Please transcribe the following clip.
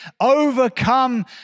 Overcome